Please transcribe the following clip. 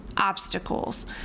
obstacles